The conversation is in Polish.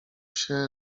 się